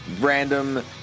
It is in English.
random